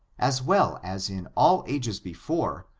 as well as in all ages before,